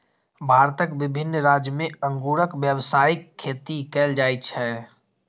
भारतक विभिन्न राज्य मे अंगूरक व्यावसायिक खेती कैल जाइ छै